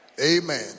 Amen